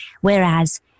whereas